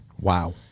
wow